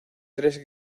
tres